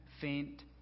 faint